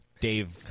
Dave